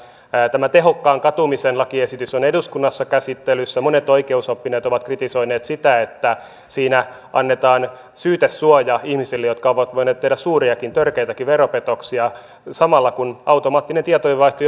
tehokkaan katumisen lakiesitys on eduskunnassa käsittelyssä monet oikeusoppineet ovat kritisoineet sitä että siinä annetaan syytesuoja ihmisille jotka ovat voineet tehdä suuriakin törkeitäkin veropetoksia samalla kun automaattinen tietojenvaihto